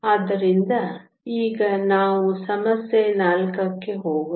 ಆದ್ದರಿಂದ ಈಗ ನಾವು ಸಮಸ್ಯೆ 4 ಕ್ಕೆ ಹೋಗೋಣ